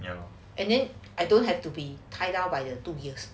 and then I don't have to be tied down by the two years